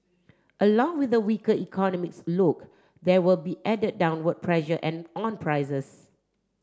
along with the weaker economics look there will be added downward pressure and on prices